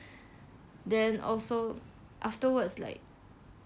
then also afterwards like